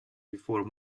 before